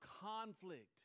conflict